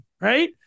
right